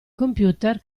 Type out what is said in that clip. computer